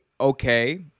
okay